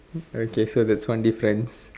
okay so that's one difference